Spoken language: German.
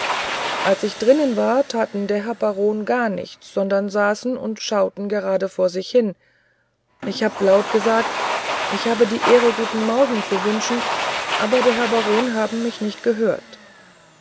als ich drinnen war taten der herr baron gar nichts sondern saßen und schauten gerade vor sich hin ich hab laut gesagt ich habe die ehre guten morgen zu wünschen aber der herr baron haben mich nicht gehört